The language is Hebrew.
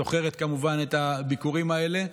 זוכרת כמובן את הביקורים האלה,